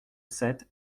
sept